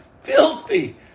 filthy